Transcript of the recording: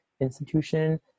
institution